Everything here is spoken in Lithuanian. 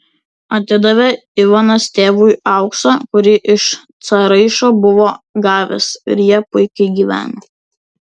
atidavė ivanas tėvui auksą kurį iš caraičio buvo gavęs ir jie puikiai gyveno